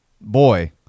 boy